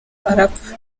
arapfa